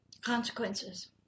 Consequences